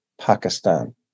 Pakistan